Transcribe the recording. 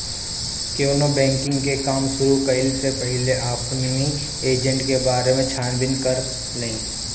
केवनो बैंकिंग के काम शुरू कईला से पहिले अपनी एजेंट के बारे में छानबीन कर लअ